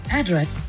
address